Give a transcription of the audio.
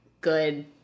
good